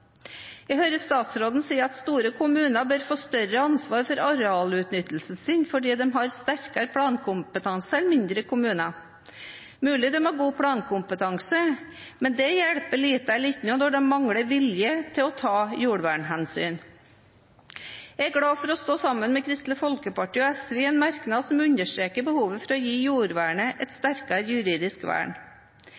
Jeg hører statsråden si at store kommuner bør få større ansvar for arealutnyttelsen sin fordi de har sterkere plankompetanse enn mindre kommuner. Det er mulig de har god plankompetanse, men det hjelper lite eller ikke noe når de mangler vilje til å ta jordvernhensyn. Jeg er glad for å stå sammen med Kristelig Folkeparti og SV i en merknad som understreker behovet for å gi jordvernet et